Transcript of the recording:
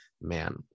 Man